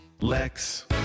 Lex